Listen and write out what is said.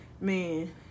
Man